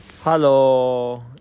Hello